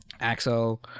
Axel